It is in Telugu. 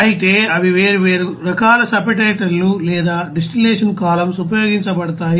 అయితే అవి వేర్వేరు రకాల సెపరేటర్లు లేదా డిస్టిల్లటిన్ కాలమ్స్ ఉపయోగించబడతాయి